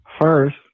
first